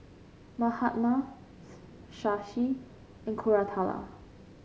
Mahatma Shashi and Koratala